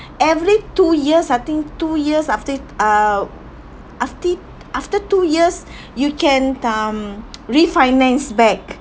every two years I think two years after uh after after two years you can um refinance back